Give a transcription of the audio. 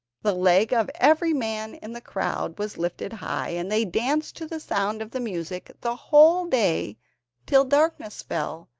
the leg of every man in the crowd was lifted high, and they danced to the sound of the music the whole day till darkness fell,